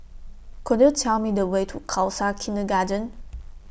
Could YOU Tell Me The Way to Khalsa Kindergarten